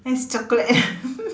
that is chocolate